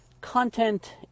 Content